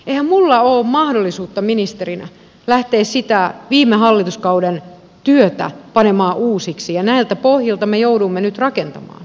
eihän minulla ole mahdollisuutta ministerinä lähteä sitä viime hallituskauden työtä panemaan uusiksi ja näiltä pohjilta me joudumme nyt rakentamaan